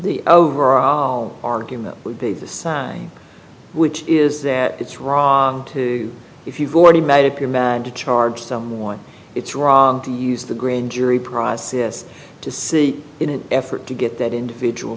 the argument would be the sign which is that it's wrong to if you've already made up your mind to charge someone it's wrong to use the grand jury process to see in an effort to get that individual